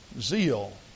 zeal